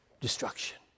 destruction